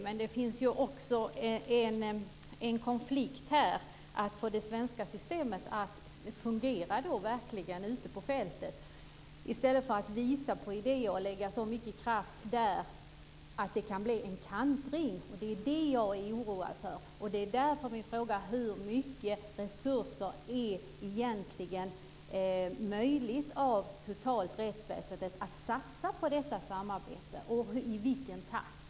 Men det finns också en konflikt i detta sammanhang, nämligen att få det svenska systemet att verkligen fungera ute på fältet i stället för att visa på idéer och lägga så mycket kraft där att det kan bli en kantring. Och det är det som jag är oroad för. Det är därför som jag ställer frågan: Hur mycket av rättsväsendets totala resurser är det egentligen möjligt att satsa på detta samarbete, och i vilken takt?